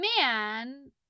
man